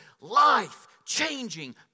life-changing